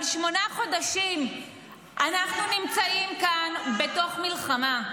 אבל שמונה חודשים אנחנו נמצאים כאן בתוך מלחמה.